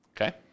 Okay